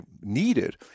needed